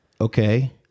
okay